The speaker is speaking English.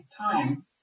time